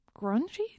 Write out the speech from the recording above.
Grungy